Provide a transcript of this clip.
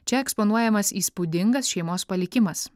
čia eksponuojamas įspūdingas šeimos palikimas